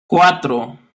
cuatro